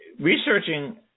researching